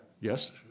Yes